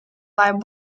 light